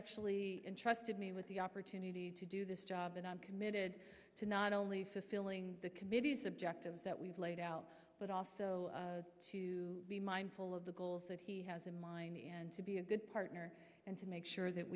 actually entrusted me with the opportunity to do this job and i'm committed to not only fulfilling the committee's objectives that we've laid out but also to be mindful of the goals that he has in mind and to be a good partner and to make sure that